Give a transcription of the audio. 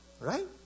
right